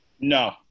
No